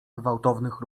gwałtownych